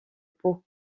pau